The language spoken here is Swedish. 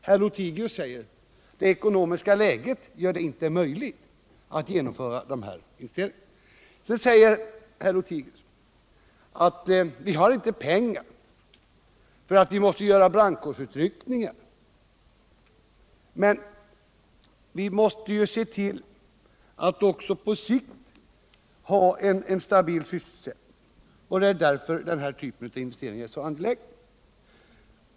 Herr Lothigius säger: Det ekonomiska läget gör det inte möjligt att genomföra investeringar. Herr Lothigius säger sedan att vi inte har pengar därför att vi måste göra brandkårsutryckningar. Men vi måste ju se till att vi också på sikt får en stabil sysselsättning, och därför är den här typen av investeringar så angelägen.